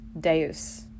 Deus